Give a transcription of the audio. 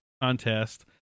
contest